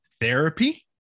therapy